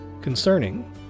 concerning